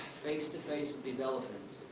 face to face with these elephants,